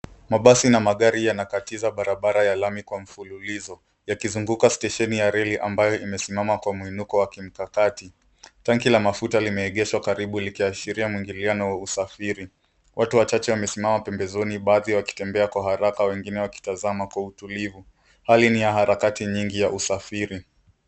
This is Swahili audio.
Mabasi na magari yanakatiza barabara ya lami kwa mfululizo yakizunguka stesheni ya reli ambayo imesimama kwa mwinuko wa kimkakati. Tangi la mafuta limeegeshwa karibu likiashiria mwingiliano wa usafiri. Watu wachache wamesimama pembezoni baadhi yao wakitembea kwa haraka, wengine wakitazama kwa utulivu. Hali ni ya harakati nyingi ya usafiri.